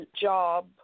job